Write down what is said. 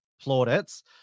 plaudits